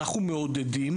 אנחנו מעודדים